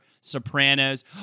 Sopranos